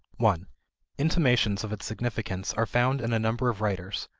one intimations of its significance are found in a number of writers,